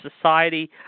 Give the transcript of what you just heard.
Society